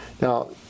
Now